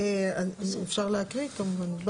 אפשר להקריא כמובן.